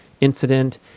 incident